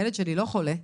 הילד שלי לא חולה.